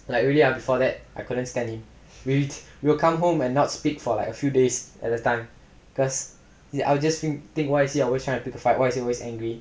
like really ah before that I couldn't stand him he will come home and not speak for like a few days at a time because I just think why is he always trying to fight why is he always angry